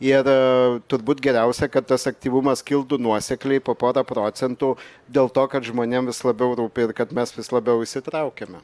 ir turbūt geriausia kad tas aktyvumas kiltų nuosekliai po porą procentų dėl to kad žmonėm vis labiau rūpi ir kad mes vis labiau įsitraukiame